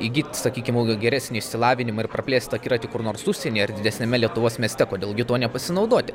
įgyt sakykim kokį geresnį išsilavinimą ir praplėst akiratį kur nors užsienyje ar didesniame lietuvos mieste kodėl gi tuo nepasinaudoti